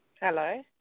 Hello